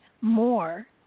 more